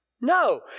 No